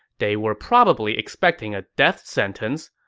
they were probably expecting a death sentence,